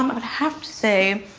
um i'd have to say